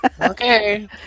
Okay